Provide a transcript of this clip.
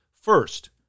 First